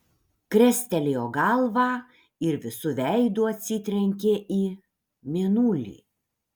krestelėjo galvą ir visu veidu atsitrenkė į mėnulį